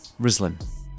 Rislin